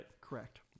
Correct